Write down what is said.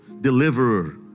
Deliverer